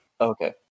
Okay